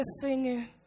singing